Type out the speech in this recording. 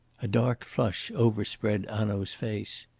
a dark flush overspread hanaud's face.